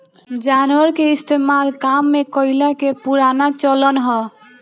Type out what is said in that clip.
जानवर के इस्तेमाल काम में कइला के पुराना चलन हअ